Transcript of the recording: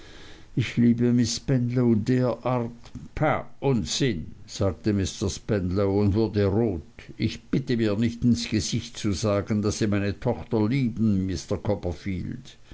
ich liebe miß spenlow derart pah unsinn sagte mr spenlow und wurde rot ich bitte mir nicht ins gesicht zu sagen daß sie meine tochter lieben mr copperfield